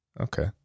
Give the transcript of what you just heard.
Okay